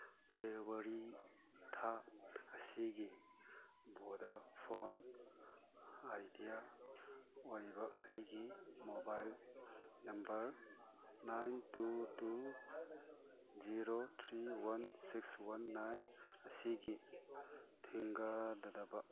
February ꯊꯥ ꯑꯁꯤꯒꯤ Vodafone Idea ꯑꯣꯏꯕ ꯑꯩꯒꯤ mobile number nine two two zero three one six one nine ꯑꯁꯤꯒꯤ ꯊꯤꯡꯒꯗꯗꯕ